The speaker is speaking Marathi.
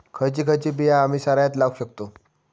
खयची खयची बिया आम्ही सरायत लावक शकतु?